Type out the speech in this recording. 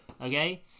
Okay